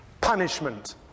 Punishment